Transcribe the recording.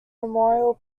memorial